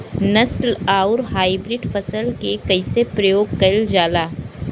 नस्ल आउर हाइब्रिड फसल के कइसे प्रयोग कइल जाला?